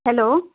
hello